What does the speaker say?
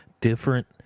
different